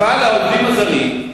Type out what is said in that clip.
אבל העובדים הזרים,